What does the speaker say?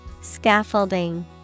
Scaffolding